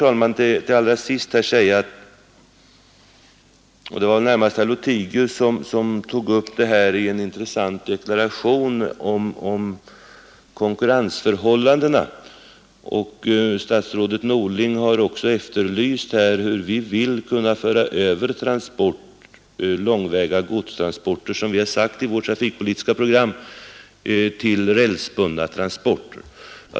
Herr Lothigius gjorde en intressant deklaration om konkurrensförhållandena. Statsrådet Norling efterlyste hur vi vill föra över långväga godstransporter som vi har sagt i vårt trafikpolitiska program — till rälsbundna transporter.